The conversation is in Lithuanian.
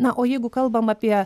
na o jeigu kalbam apie